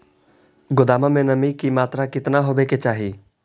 गोदाम मे नमी की मात्रा कितना होबे के चाही?